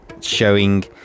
showing